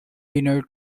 dinner